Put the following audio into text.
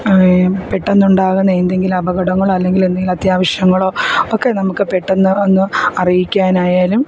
പെട്ടെന്നുണ്ടാകുന്ന എന്തെങ്കിലും അപകടങ്ങളോ അല്ലെങ്കിൽ എന്തെങ്കിലും അത്യാവശ്യങ്ങളോ ഒക്കെ നമുക്ക് പെട്ടെന്ന് ഒന്ന് അറിയിക്കാനായാലും